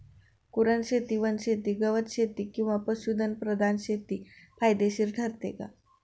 कुरणशेती, वनशेती, गवतशेती किंवा पशुधन प्रधान शेती फायदेशीर ठरते का?